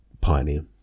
Pioneer